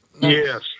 Yes